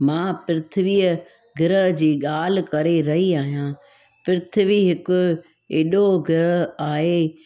मां पृथ्वी ग्रह जी ॻाल्हि करे रही आहियां पृथ्वी हिकु एॾो ग्रह आहे